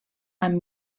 amb